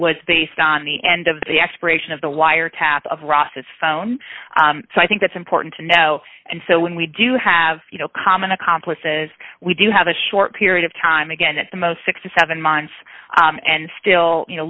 was based on the end of the expiration of the wiretap of ross's phone so i think that's important to know and so when we do have you know common accomplices we do have a short period of time again at the most six to seven months and still you know